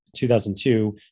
2002